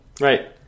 Right